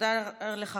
תודה לך,